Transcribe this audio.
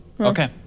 Okay